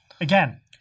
again